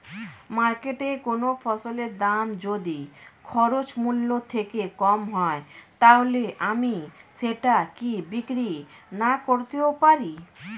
মার্কেটৈ কোন ফসলের দাম যদি খরচ মূল্য থেকে কম হয় তাহলে আমি সেটা কি বিক্রি নাকরতেও পারি?